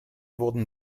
wurden